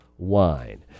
wine